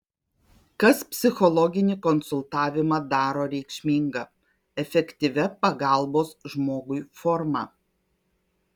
kas psichologinį konsultavimą daro reikšminga efektyvia pagalbos žmogui forma